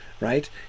right